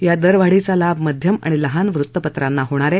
या दरवाढीचा लाभ मध्यम आणि लहान वृत्तपत्रांना होणार आहे